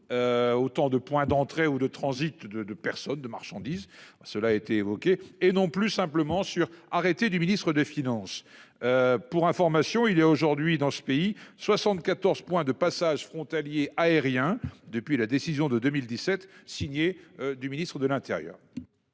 Autant de points d'entrée ou de transit de de personnes de marchandises. Cela a été évoqué et non plus simplement sur arrêté du ministre des Finances. Pour information, il est aujourd'hui dans ce pays, 74 points de passage frontaliers aérien depuis la décision de 2017, signée du Ministre de l'Intérieur.